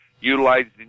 utilizing